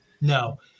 No